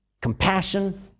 compassion